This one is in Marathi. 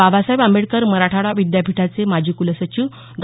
बाबासाहेब आंबेडकर मराठवाडा विद्यापीठाचे माजी कुलसचिव डॉ